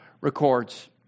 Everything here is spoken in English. records